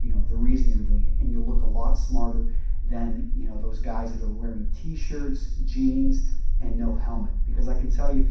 you know the reason youire doing it and you look a lot smarter than you know those guys that are wearing t-shirts, jeans and no helmet because i can tell you,